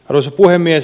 arvoisa puhemies